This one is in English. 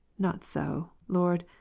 not so. lord,